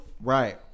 Right